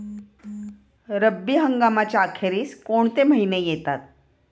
रब्बी हंगामाच्या अखेरीस कोणते महिने येतात?